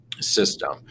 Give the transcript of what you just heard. system